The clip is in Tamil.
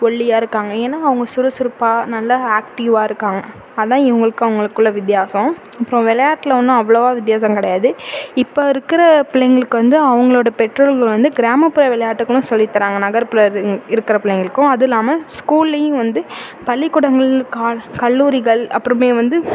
ஒல்லியாக இருக்காங்க ஏன்னா அவங்க சுறுசுறுப்பாக நல்லா ஆக்டிவாக இருக்காங்க அதான் இவங்களுக்கு அவங்களுக்குள்ள வித்தியாசம் அப்புறம் விளையாட்டுல ஒன்றும் அவ்வளவாக வித்தியாசம் கிடையாது இப்போ இருக்கிற பிள்ளைங்களுக்கு வந்து அவங்களுடைய பெற்றோர்கள் வந்து கிராமப்புற விளையாட்டுகளும் சொல்லித் தர்றாங்க நகர்ப்புற இருக்கிற பிள்ளைங்களுக்கும் அதில்லாம ஸ்கூல்லேயும் வந்து பள்ளிக்கூடங்கள் கல்லூரிகள் அப்புறமே வந்து